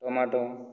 tomato